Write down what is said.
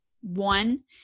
One